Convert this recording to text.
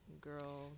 girl